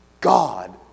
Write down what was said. God